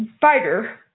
Fighter